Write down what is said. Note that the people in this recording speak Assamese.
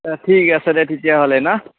অঁ ঠিক আছে দে তেতিয়াহ'লে না